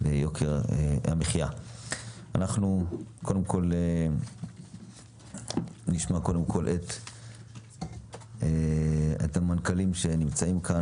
אנחנו נשמע, קודם כול, את המנכ"לים שנמצאים כאן.